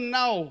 now